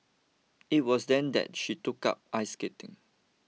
it was then that she took up ice skating